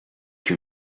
que